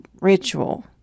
ritual